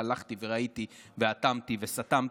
והלכתי וראיתי ואטמתי וסתמתי.